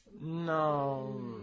No